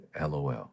LOL